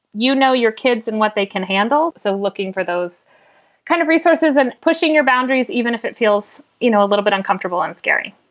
you know, your kids and what they can handle. so looking for those kind of resources and pushing your boundaries, even if it feels, you know, a little bit uncomfortable and scary.